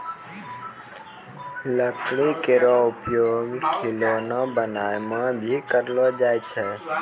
लकड़ी केरो उपयोग खिलौना बनाय म भी करलो जाय छै